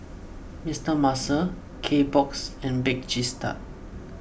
Mister Muscle Kbox and Bake Cheese Tart